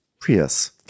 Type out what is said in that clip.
Prius